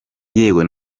yewe